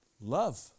Love